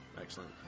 Excellent